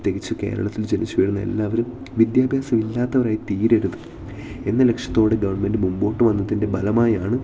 പ്രത്യേകിച്ച് കേരളത്തിൽ ജനിച്ചു വീഴുന്ന എല്ലാവരും വിദ്യാഭ്യാസമില്ലാത്തവരായി തീരരുത് എന്ന ലക്ഷ്യത്തോടെ ഗവൺമെൻറ് മുമ്പോട്ട് വന്നതിൻ്റെ ബലമായാണ്